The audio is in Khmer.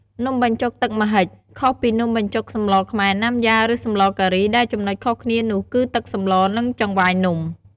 នំបញ្ចុកទឹកម្ហិច ខុសពីនំបញ្ចុកសម្លខ្មែរ ណាំយ៉ា ឬ សម្លការី ដែលចំណុចខុសគ្នានោះ គឺ ទឹកសម្ល និង ចង្វាយនំ ។